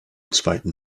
zweiten